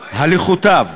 הליכותיו,